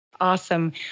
Awesome